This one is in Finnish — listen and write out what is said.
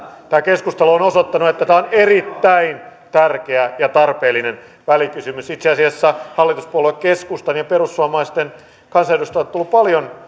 tämä keskustelu on osoittanut että tämä on erittäin tärkeä ja tarpeellinen välikysymys itse asiassa hallituspuolue keskustan ja perussuomalaisten kansanedustajilta on tullut paljon